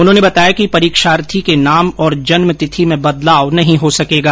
उन्होंने बताया कि परीक्षार्थी के नाम और जन्मतिथि में बदलाव नहीं हो सकेगा